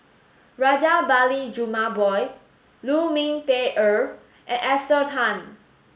Rajabali Jumabhoy Lu Ming Teh Earl and Esther Tan